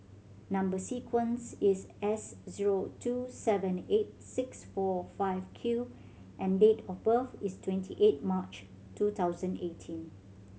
number sequence is S zero two seven eight six four five Q and date of birth is twenty eighth March two thousand eighteen